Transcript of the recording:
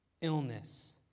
illness